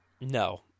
No